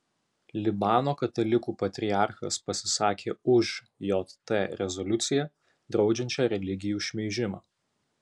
libano katalikų patriarchas pasisakė už jt rezoliuciją draudžiančią religijų šmeižimą